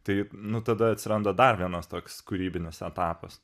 tai nu tada atsiranda dar vienas toks kūrybinis etapas